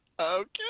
Okay